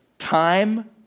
Time